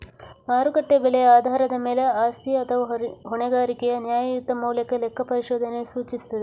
ಮಾರುಕಟ್ಟೆ ಬೆಲೆಯ ಆಧಾರದ ಮೇಲೆ ಆಸ್ತಿ ಅಥವಾ ಹೊಣೆಗಾರಿಕೆಯ ನ್ಯಾಯಯುತ ಮೌಲ್ಯಕ್ಕೆ ಲೆಕ್ಕಪರಿಶೋಧನೆಯನ್ನು ಸೂಚಿಸುತ್ತದೆ